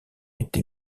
été